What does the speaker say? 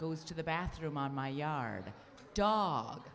goes to the bathroom on my yard dog